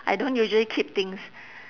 I don't usually keep things